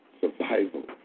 survival